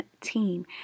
team